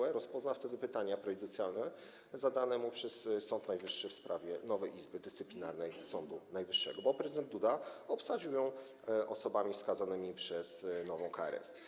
TSUE rozpozna wtedy pytania prejudycjalne zadane mu przez Sąd Najwyższy w sprawie nowej Izby Dyscyplinarnej Sądu Najwyższego, bo prezydent Duda obsadził ją osobami wskazanymi przez nową KRS.